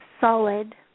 solid